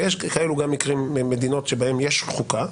יש מדינות בהן יש חוקה,